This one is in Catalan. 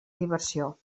diversió